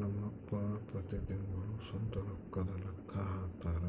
ನಮ್ ಅಪ್ಪ ಪ್ರತಿ ತಿಂಗ್ಳು ಸ್ವಂತ ರೊಕ್ಕುದ್ ಲೆಕ್ಕ ಹಾಕ್ತರ,